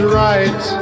right